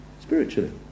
spiritually